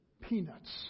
peanuts